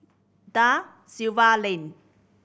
Da Silva Lane